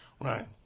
Right